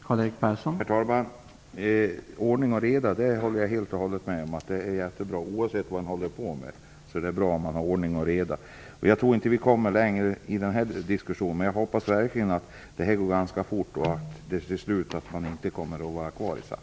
Herr talman! Jag håller helt med om att det är mycket bra med ordning och reda, oavsett vad man sysslar med. Jag tror inte att vi kommer längre i den här diskussionen, men jag hoppas verkligen att det här går ganska fort och att det slutar med att man inte kommer att vara kvar i SAF.